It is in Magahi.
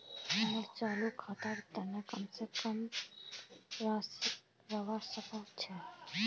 मोर चालू खातार तने कम से कम शेष राशि कि छे?